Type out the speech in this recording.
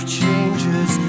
changes